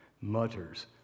mutters